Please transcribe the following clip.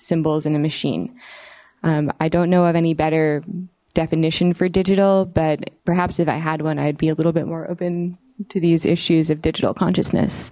symbols in a machine i don't know of any better definition for digital but perhaps if i had one i'd be a little bit more open to these issues of digital consciousness